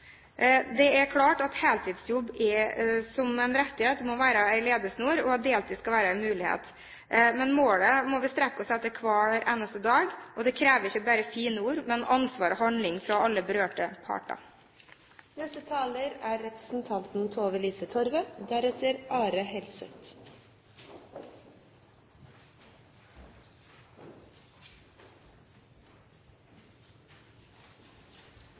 Det er klart at heltidsjobb som en rettighet må være en ledesnor, og deltid skal være en mulighet. Men målet må vi strekke oss etter hver eneste dag. Det krever ikke bare fine ord, men ansvar og handling fra alle berørte parter. Det er